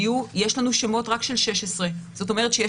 יש לנו שמות רק של 16. זאת אומרת שיש